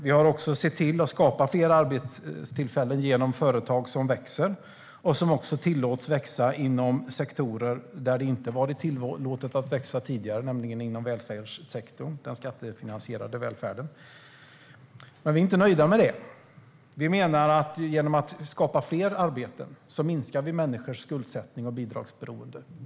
Vi skapade också fler arbetstillfällen genom företag som växer och som tillåts växa i sektorer där det inte har varit tillåtet att växa tidigare, nämligen inom den skattefinansierade välfärdssektorn. Men vi är inte nöjda med detta. Vi menar att man genom att skapa fler arbeten minskar människors skuldsättning och bidragsberoende.